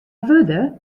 wurde